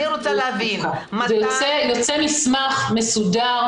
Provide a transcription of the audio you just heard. אני רוצה להבין --- יוצא מסמך מסודר.